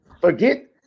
forget